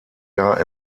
jahr